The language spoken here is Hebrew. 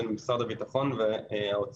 הוא בין משרד הביטחון והאוצר.